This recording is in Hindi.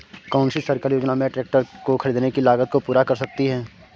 कौन सी सरकारी योजना मेरे ट्रैक्टर को ख़रीदने की लागत को पूरा कर सकती है?